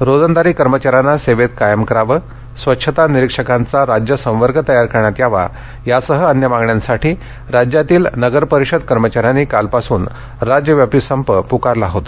रोजंदारी कर्मचाऱ्यांना सेवेत कायम करावं स्वच्छता निरीक्षकांचा राज्य संवर्ग तयार करण्यात यावा यासह अन्य मागण्यासांठी राज्यातील नगरपरिषद कर्मचाऱ्यांनी कालपासून राज्यव्यापी संप पुकारला होता